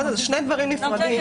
אלה שני דברים נפרדים.